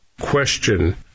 Question